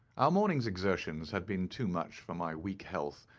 our morning's exertions had been too much for my weak health,